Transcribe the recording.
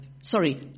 sorry